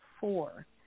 four